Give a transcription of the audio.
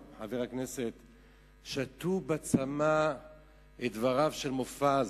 שתו בצמא את דבריו של מופז.